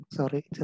Sorry